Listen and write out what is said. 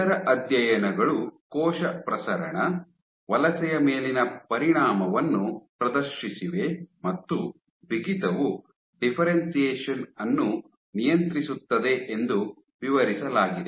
ಇತರ ಅಧ್ಯಯನಗಳು ಕೋಶ ಪ್ರಸರಣ ವಲಸೆಯ ಮೇಲಿನ ಪರಿಣಾಮವನ್ನು ಪ್ರದರ್ಶಿಸಿವೆ ಮತ್ತು ಬಿಗಿತವು ಡಿಫ್ಫೆರೆನ್ಶಿಯೇಶನ್ ಅನ್ನು ನಿಯಂತ್ರಿಸುತ್ತದೆ ಎಂದು ವಿವರಿಸಲಾಗಿದೆ